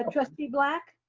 um trustee black.